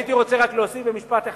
הייתי רוצה רק להוסיף במשפט אחד.